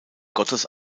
gottes